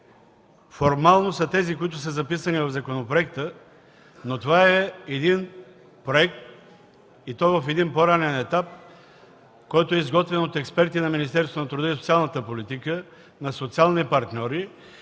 вносители са тези, които са записани в законопроекта, но това е проект, и то в един по-ранен етап, който е изготвен от експерти на Министерството на труда и социалната политика, на социални партньори,